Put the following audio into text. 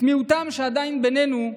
מיעוטם שעדיין בינינו,